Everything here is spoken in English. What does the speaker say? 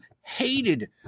hated